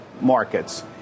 markets